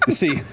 um see,